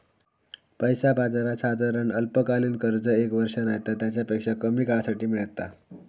पैसा बाजारात साधारण अल्पकालीन कर्ज एक वर्ष नायतर तेच्यापेक्षा कमी काळासाठी मेळता